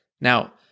Now